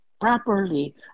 properly